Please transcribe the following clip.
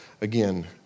Again